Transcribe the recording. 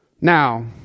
Now